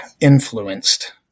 influenced